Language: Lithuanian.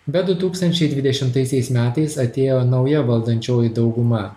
bet su tūkstančiai dvidešimtaisiais metais atėjo nauja valdančioji dauguma